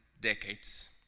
decades